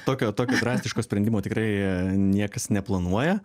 tokio tokio drastiško sprendimo tikrai niekas neplanuoja